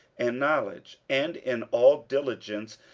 and knowledge, and in all diligence,